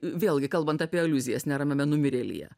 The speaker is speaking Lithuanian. vėlgi kalbant apie aliuzijas neramiame numirėlyje